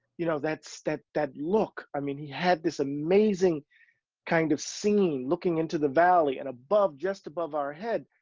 you know, that's that, that look, i mean, he had this amazing kind of scene looking into that valley and above, just above our head,